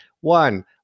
one